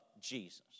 Jesus